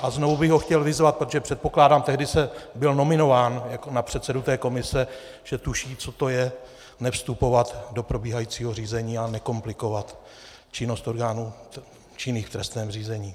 A znovu bych ho chtěl vyzvat, protože předpokládám, tehdy byl nominován na předsedu té komise, že tuší, co to je nevstupovat do probíhajícího řízení a nekomplikovat činnost orgánů činných v trestním řízení.